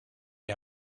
you